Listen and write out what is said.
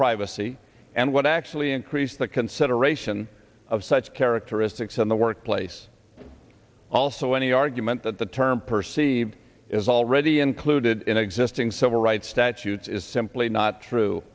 privacy and would actually increase the consideration of such characteristics in the workplace also any argument that the term perceived is already included in existing civil rights statutes is simply not true